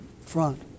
front